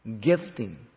gifting